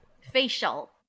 Facial